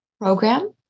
program